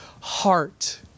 heart